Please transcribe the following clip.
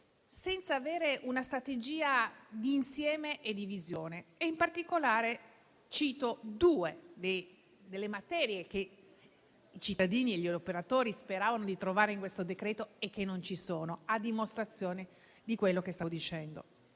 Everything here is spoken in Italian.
senza avere una strategia di insieme e di visione. In particolare, cito due delle materie che i cittadini e gli operatori speravano di trovare in questo decreto-legge e non ci sono, a dimostrazione di quello che stavo dicendo.